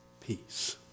peace